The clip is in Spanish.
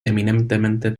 eminentemente